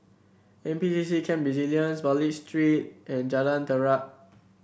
N P C C Camp Resilience Wallich Street and Jalan Terap